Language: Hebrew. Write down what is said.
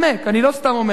אני לא סתם אומר את זה,